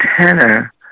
tenor